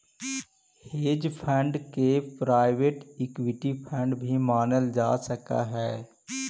hedge fund के private equity fund भी मानल जा सकऽ हई